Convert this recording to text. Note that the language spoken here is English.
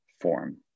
form